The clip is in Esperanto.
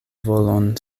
volon